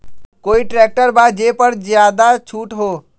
कोइ ट्रैक्टर बा जे पर ज्यादा छूट हो?